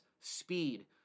speed